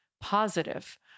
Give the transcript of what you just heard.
positive